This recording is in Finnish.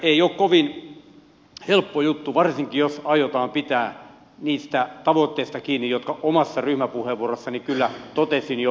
ei ole kovin helppo juttu varsinkin jos aiotaan pitää niistä tavoitteista kiinni jotka omassa ryhmäpuheenvuorossani kyllä totesin jo mahdottomiksi